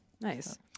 nice